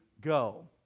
go